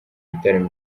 gitaramo